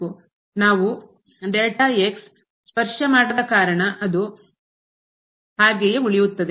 ನಾವು ಸ್ಪರ್ಶ ಮಾಡದ ಕಾರಣ ಅದು ಹಾಗೆಯೇ ಉಳಿಯುತ್ತದೆ